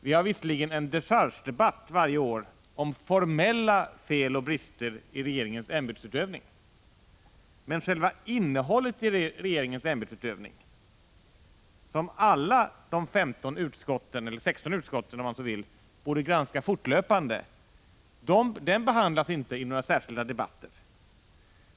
Vi har visserligen en dechargedebatt varje år om formella fel och brister i regeringens ämbetsutövning, men själva innehållet i regeringens ämbetsutövning, som alla 16 utskott borde granska fortlöpande, behandlas inte i några särskilda debatter.